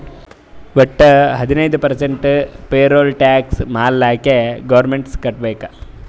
ವಟ್ಟ ಹದಿನೈದು percent payroll tax ಮಾಲ್ಲಾಕೆ ಗೌರ್ಮೆಂಟ್ಗ್ ಕಟ್ಬೇಕ್